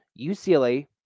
UCLA